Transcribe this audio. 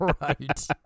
right